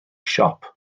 siop